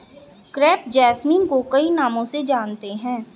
crepe jasmine को कई नामों से जानते हैं